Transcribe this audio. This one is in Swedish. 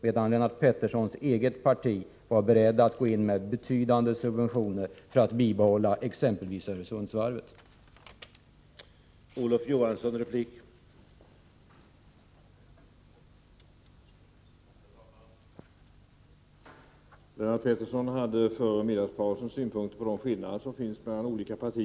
Lennart Petterssons eget parti var ju berett att gå in med betydande subventioner för att exempelvis Öresundsvarvet skulle kunna bibehållas.